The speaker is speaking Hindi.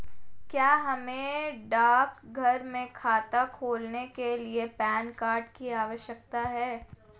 क्या हमें डाकघर में खाता खोलने के लिए पैन कार्ड की आवश्यकता है?